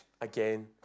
again